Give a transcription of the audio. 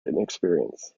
inexperience